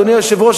אדוני היושב-ראש,